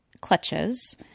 clutches